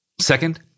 Second